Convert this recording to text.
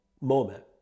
moment